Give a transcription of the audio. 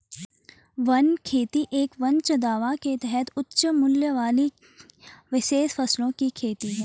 one खेती एक वन चंदवा के तहत उच्च मूल्य वाली विशेष फसलों की खेती है